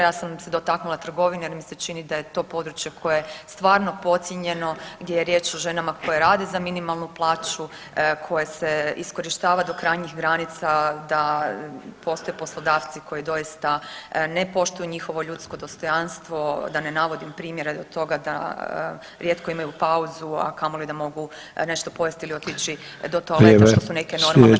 Ja sam se dotaknula trgovine, jer mi se čini da je to područje koje je stvarno podcijenjeno, gdje je riječ o ženama koje rade za minimalnu plaću, koje se iskorištava do krajnjih granica, da postoje poslodavci koji doista ne poštuju njihovo ljudsko dostojanstvo, da ne navodim primjere do toga da rijetko imaju pauzu, a kamoli da mogu nešto pojesti ili otići do toaleta što su neke normalne potrebe.